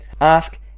ask